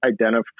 identify